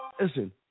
listen